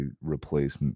replace